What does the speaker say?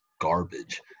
garbage